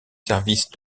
services